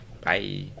Bye